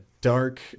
dark